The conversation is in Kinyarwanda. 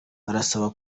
arasaba